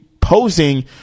posing